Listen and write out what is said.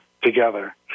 Together